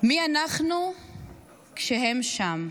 מי אנחנו כשהם שם?